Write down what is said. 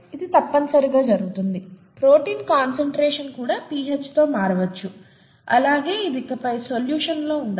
అది తప్పనిసరిగా జరుగుతుంది ప్రోటీన్ కాన్సెన్ట్రేషన్ కూడా pH తో మారవచ్చు అలాగే ఇది ఇకపై సొల్యూషన్ లో ఉండదు